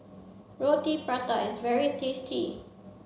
Roti Prata is very tasty